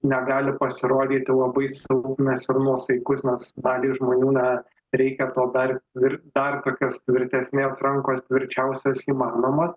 negali pasirodyti labai silpnas ir nuosaikus nors daliai žmonių na reikia to dar ir dar kur kas tvirtesnės rankos tvirčiausios įmanomos